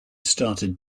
started